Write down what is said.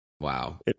wow